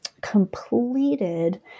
completed